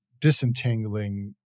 disentangling